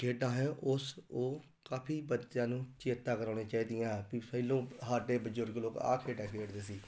ਖੇਡਾਂ ਹੈ ਉਸ ਉਹ ਕਾਫੀ ਬੱਚਿਆਂ ਨੂੰ ਚੇਤਾ ਕਰਵਾਉਣੀਆਂ ਚਾਹੀਦੀਆਂ ਹੈ ਵੀ ਪਹਿਲਾਂ ਸਾਡੇ ਬਜ਼ੁਰਗ ਲੋਕ ਆਹ ਖੇਡਾਂ ਖੇਡਦੇ ਸੀ